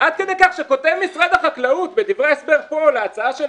עד כדי כך שכותב משרד החקלאות בדברי ההסבר להצעה של